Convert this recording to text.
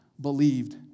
believed